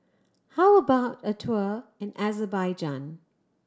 how about a tour in Azerbaijan